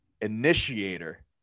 initiator